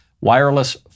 wireless